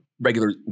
regular